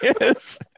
Yes